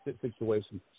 situation